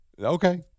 Okay